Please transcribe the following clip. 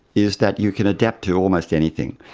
is that you can adapt to almost anything.